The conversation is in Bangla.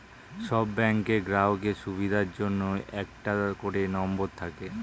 সব ব্যাংকের গ্রাহকের সুবিধার জন্য একটা করে নম্বর থাকে